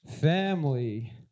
family